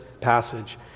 passage